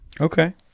Okay